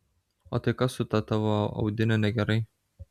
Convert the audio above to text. o tai kas su ta tavo audine negerai